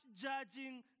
judging